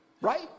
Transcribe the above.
Right